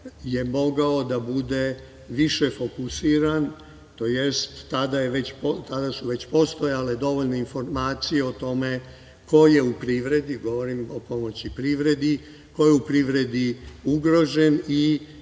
je mogao da bude više fokusiran, tj. tada su već postojale dovoljne informacije o tome ko je u privredi, govorim o pomoći privredi, ugrožen i